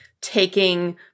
taking